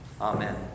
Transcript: Amen